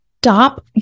stop